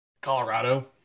Colorado